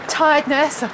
tiredness